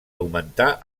augmentar